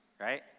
right